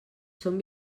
són